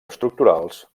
estructurals